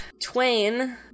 Twain